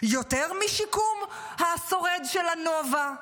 יותר משיקום השורד של הנובה.